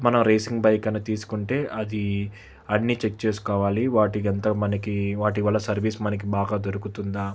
మనం racing bike అనేది తీసుకుంటే అది అన్నీ చెక్ చేసుకోవాలి వాటికంతా మనకి వాటి వల్ల సర్వీస్ మనకి బాగా దొరుకుతుందా